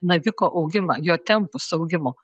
naviko augimą jo tempus augimo